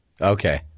Okay